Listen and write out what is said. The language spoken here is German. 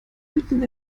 mitten